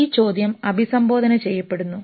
ഈ ചോദ്യം അഭിസംബോധന ചെയ്യപ്പെടുന്നു